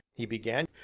he began,